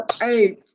Hey